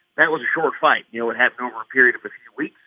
that was a short fight. you know, it happened over a period of a few weeks.